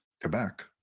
Quebec